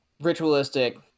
ritualistic